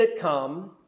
sitcom